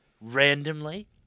Randomly